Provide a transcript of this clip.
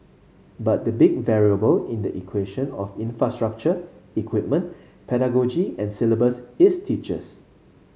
but the big variable in the equation of infrastructure equipment pedagogy and syllabus is teachers